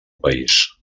país